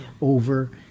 over